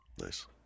Nice